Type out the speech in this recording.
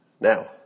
now